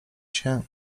się